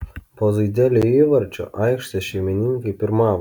po zaidelio įvarčio aikštės šeimininkai pirmavo